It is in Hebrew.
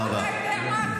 בגלל זה את צריכה להצביע בעד.